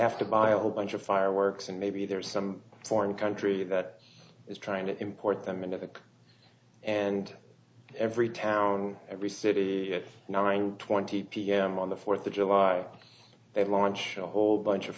have to buy a whole bunch of fireworks and maybe there's some foreign country that is trying to import them into that and every town every city nine twenty pm on the fourth of july they launch a whole bunch of